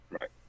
Right